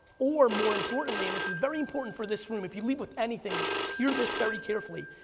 or more importantly, and this is very important for this room, if you leave with anything hear this very carefully.